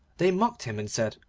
they mocked him and said,